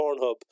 Pornhub